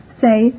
Say